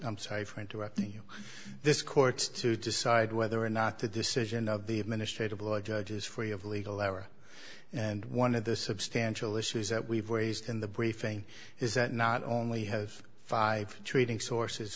i'm sorry for interrupting you this court to decide whether or not the decision of the administrative law judge is free of legal lever and one of the substantial issues that we've raised in the briefing is that not only have five treating sources